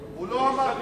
הוא לא אמר פושעים.